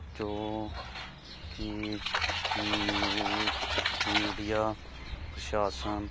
ਜੋ ਕਿ news media ਪ੍ਰਸ਼ਾਸਨ